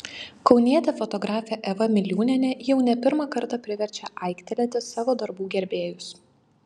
kaunietė fotografė eva miliūnienė jau ne pirmą kartą priverčia aiktelėti savo darbų gerbėjus